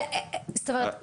זאת אומרת,